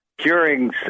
Curing